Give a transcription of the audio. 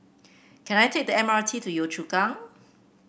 can I take the M R T to Yio Chu Kang